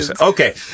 Okay